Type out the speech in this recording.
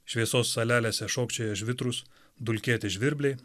šviesos salelėse šokčioja žvitrūs dulkėti žvirbliai